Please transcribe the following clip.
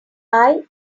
i—i